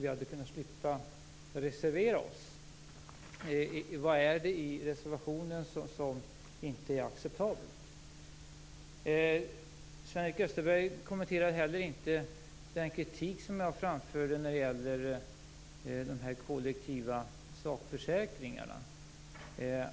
Då hade vi sluppit reservera oss. Vad är det i reservationen som inte är acceptabelt? Sven-Erik Österberg kommenterade heller inte den kritik som jag framförde när det gäller de kollektiva sakförsäkringarna.